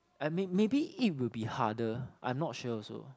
I may maybe it will be harder I'm not sure also